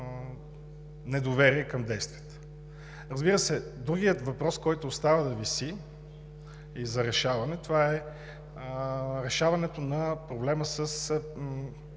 недоверие към действията. Другият въпрос, който остава да виси за решаване, е решаването на проблема с